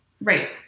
Right